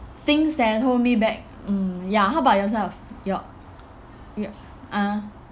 things that hold me back mm ya how about yourself your your ah